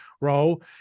role